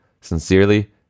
Sincerely